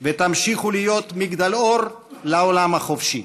ותמשיכו להיות מגדלור לעולם החופשי.